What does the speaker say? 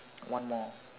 one more